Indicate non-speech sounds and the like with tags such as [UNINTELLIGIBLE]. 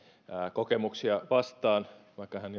kokemuksia vastaan vaikka hän [UNINTELLIGIBLE]